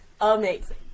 amazing